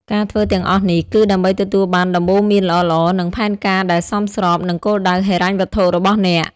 ការធ្វើទាំងអស់នេះ គឺដើម្បីទទួលបានដំបូន្មានល្អៗ និងផែនការដែលសមស្របនឹងគោលដៅហិរញ្ញវត្ថុរបស់អ្នក។